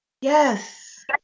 Yes